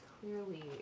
clearly